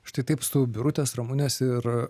štai taip su birutės ramunės ir